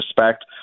respect